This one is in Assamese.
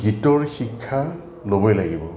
গীতৰ শিক্ষা ল'বই লাগিব